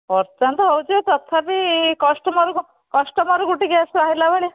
ପସନ୍ଦ ତ ହେଉଛି ତଥାପି କଷ୍ଟମର୍କୁ କଷ୍ଟମର୍କୁ ଟିକିଏ ସୁହାଇଲା ଭଳି